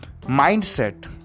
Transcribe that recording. mindset